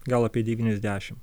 gal apie devyniasdešim